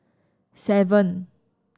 seven